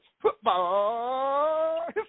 football